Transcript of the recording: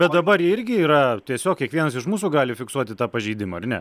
bet dabar irgi yra tiesiog kiekvienas iš mūsų gali fiksuoti tą pažeidimą ar ne